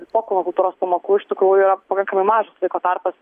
po kūno kultūros pamokų ištikrųjų yra pakankamai mažas laiko tarpas